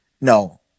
No